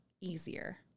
easier